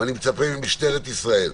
ואני מצפה ממשטרת ישראל,